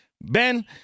Ben